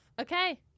Okay